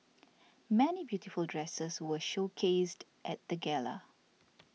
many beautiful dresses were showcased at the gala